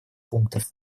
пунктов